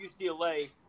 UCLA